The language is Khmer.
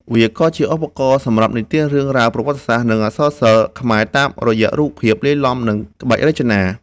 វាក៏ជាឧបករណ៍សម្រាប់និទានរឿងរ៉ាវប្រវត្តិសាស្ត្រ និងអក្សរសិល្ប៍ខ្មែរតាមរយៈរូបភាពលាយឡំនឹងក្បាច់រចនា។